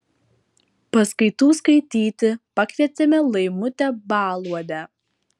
paskaitų skaityti pakvietėme laimutę baluodę